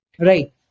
right